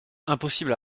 impossible